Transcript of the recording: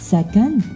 Second